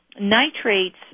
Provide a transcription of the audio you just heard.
Nitrates